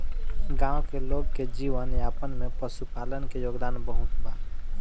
गाँव के लोग के जीवन यापन में पशुपालन के योगदान बहुत बा